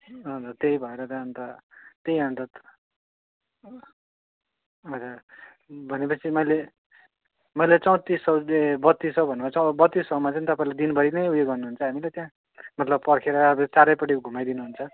हजुर त्यही भएर त अन्त त्यही अन्त हजुर भनेपछि मैले मैले चौँतिस सय दे बत्तिस सय भनेपछि बत्तिस सयमा चाहिँ तपाईँले दिनभरि नै उयो गर्नुहुन्छ हामीलाई त्यहाँ मतलब पर्खेर अब चारैपट्टि घुमाइदिनुहुन्छ